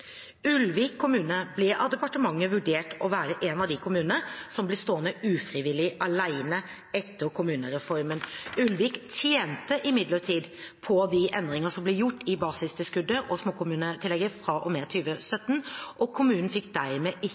Ulvik kommune ble av departementet vurdert å være en av kommunene som ble stående ufrivillig alene etter kommunereformen. Ulvik tjente imidlertid på de endringene som ble gjort i basistilskuddet og småkommunetillegget fra og med 2017, og kommunen fikk dermed ikke